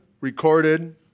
recorded